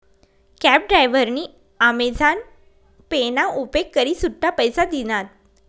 cab डायव्हरनी Amazon pay ना उपेग करी सुट्टा पैसा दिनात